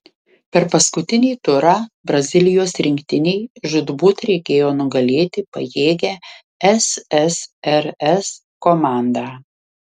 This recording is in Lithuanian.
per paskutinį turą brazilijos rinktinei žūtbūt reikėjo nugalėti pajėgią ssrs komandą